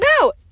no